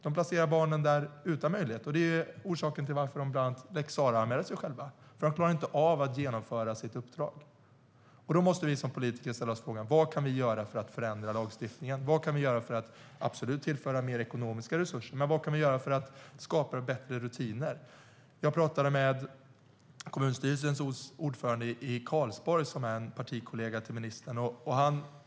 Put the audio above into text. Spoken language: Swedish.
Man placerar barnen utan möjlighet att utreda, och det är orsaken till att de bland annat lex Sarah-anmäler sig själva - att de inte klarar av att genomföra sitt uppdrag. Då måste vi som politiker ställa oss frågan vad vi kan göra för att förändra lagstiftningen. Vad kan vi göra för att absolut tillföra mer ekonomiska resurser, och vad kan vi göra för att skapa bättre rutiner? Jag pratade med kommunstyrelsens ordförande i Karlsborg, som är en partikollega till ministern.